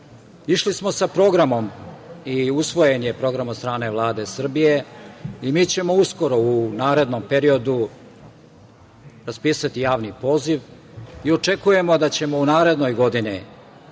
smo sa programom i usvojen je program od strane Vlade Srbije. Mi ćemo uskoro u narednom periodu raspisati javni poziv i očekujemo da ćemo u narednoj godini